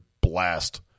blast